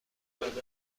داد